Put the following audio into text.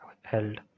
held